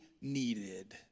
needed